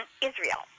Israel